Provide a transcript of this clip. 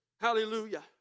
Hallelujah